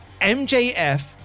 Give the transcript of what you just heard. MJF